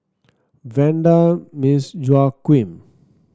Vanda Miss Joaquim